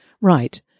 right